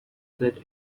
steed